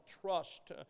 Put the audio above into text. trust